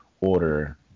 order